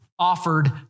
offered